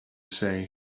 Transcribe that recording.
say